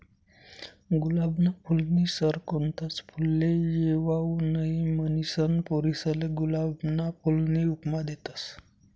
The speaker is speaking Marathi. गुलाबना फूलनी सर कोणताच फुलले येवाऊ नहीं, म्हनीसन पोरीसले गुलाबना फूलनी उपमा देतस